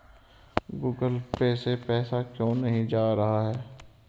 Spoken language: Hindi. गूगल पे से पैसा क्यों नहीं जा रहा है?